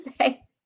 say